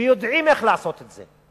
ויודעים איך לעשות את זה.